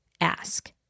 ask